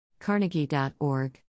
Carnegie.org